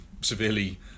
severely